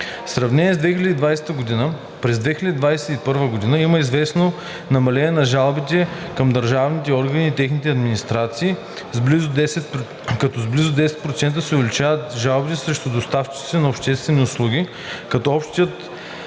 сравнение с 2020 г. през 2021 г. има известно намаление на жалбите към държавните органи и техните администрации, но с близо 10% се увеличават жалбите срещу доставчиците на обществени услуги, като броят